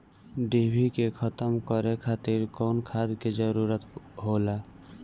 डिभी के खत्म करे खातीर कउन खाद के जरूरत होला?